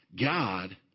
God